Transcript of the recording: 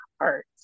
heart